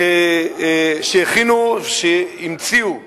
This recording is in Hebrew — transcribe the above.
שהמציאו פטנטים,